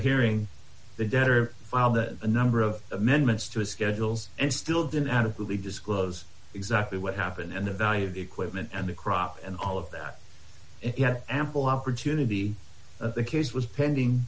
hearing the debtor file that a number of amendments to the schedules and still didn't adequately disclose exactly what happened and the value of the equipment and the crop and all of that if you had ample opportunity of the case was pending